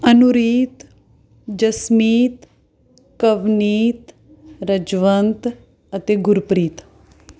ਅਨੁਰੀਤ ਜਸਮੀਤ ਕਵਨੀਤ ਰਜਵੰਤ ਅਤੇ ਗੁਰਪ੍ਰੀਤ